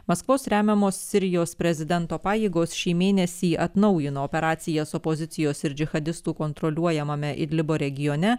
maskvos remiamos sirijos prezidento pajėgos šį mėnesį atnaujino operacijas opozicijos ir džihadistų kontroliuojamame idlibo regione